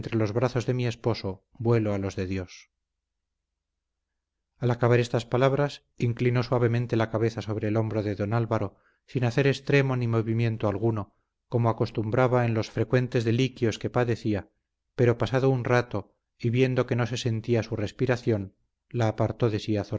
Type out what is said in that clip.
los brazos de mi esposo vuelo a los de dios al acabar estas palabras inclinó suavemente la cabeza sobre el hombro de don álvaro sin hacer extremo ni movimiento alguno como acostumbraba en los frecuentes deliquios que padecía pero pasado un rato y viendo que no se sentía su respiración la apartó de